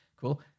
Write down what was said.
cool